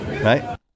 Right